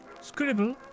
scribble